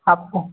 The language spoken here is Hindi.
आपको